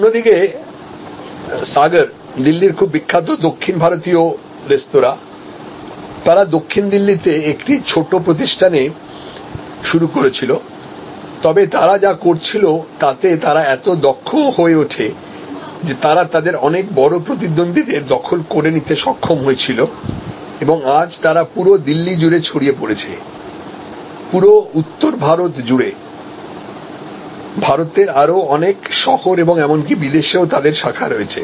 অন্যদিকে সাগর দিল্লির খুব বিখ্যাত দক্ষিণ ভারতীয় রেস্তোঁরা তারা দক্ষিণ দিল্লিতে একটি ছোট প্রতিষ্ঠানে শুরু করেছিল তবে তারা যা করছিল তাতে তারা এত দক্ষ হয়ে ওঠে যে তারা তাদের অনেক বড় প্রতিদ্বন্দ্বীদের দখল করে নিতে সক্ষম হয়েছিল এবং আজ তারা পুরো দিল্লি জুড়ে ছড়িয়ে পড়েছে পুরো উত্তর ভারত জুড়ে ভারতের আরও অনেক শহর এবং এমনকি বিদেশেও তাদের শাখা রয়েছে